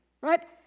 right